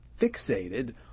fixated